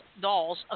dolls